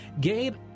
Gabe